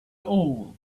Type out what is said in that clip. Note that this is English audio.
old